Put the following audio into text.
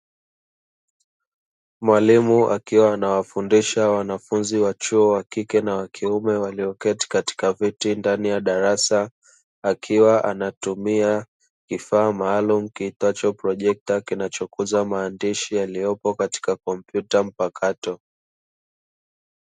Mwalimu akiwa anawafundisha wanafunzi wa chuo wa kike na wa kiume; walioketi katika viti ndani ya darasa, akiwa anatumia kifaa maalumu kiitwacho projekta; kinachokuza maandishi yaliyopo katika kompyuta mpakato.